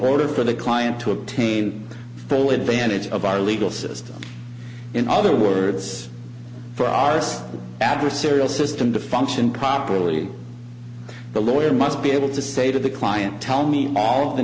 order for the client to obtain full advantage of our legal system in other words for our us adversarial system to function properly the lawyer must be able to say to the client tell me all the